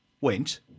went